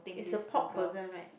is a pork burger right